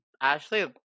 Ashley